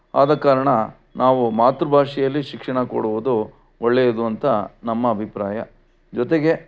ಆದ ಕಾರಣ ನಾವು ಮಾತೃ ಭಾಷೆಯಲ್ಲಿ ಶಿಕ್ಷಣ ಕೊಡುವುದು ಒಳ್ಳೆಯದು ಅಂತ ನಮ್ಮ ಅಭಿಪ್ರಾಯ ಜೊತೆಗೆ